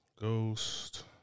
Ghost